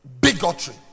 bigotry